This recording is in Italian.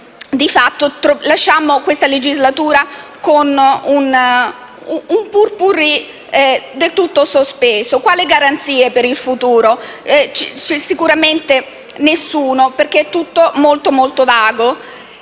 di fatto lasceremo questa legislatura con un *pot-pourri* del tutto sospeso. Quali garanzie per il futuro? Sicuramente nessuna, perché è tutto molto vago.